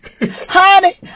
Honey